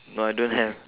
no I don't have